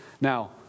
Now